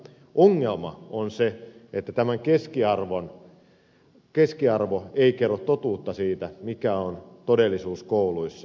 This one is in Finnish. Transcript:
ongelma on se että tämän keskiarvo ei kerro totuutta siitä mikä on todellisuus kouluissa